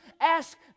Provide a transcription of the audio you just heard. ask